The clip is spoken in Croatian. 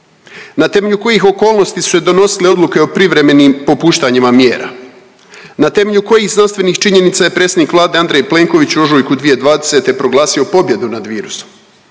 Na temelju kojih okolnosti su se donosile odluke o privremenim popuštanjima mjera? Na temelju kojih znanstvenih činjenica je predsjednik Vlade Andrej Plenković u ožujku 2020. proglasio pobjedu nad virusom?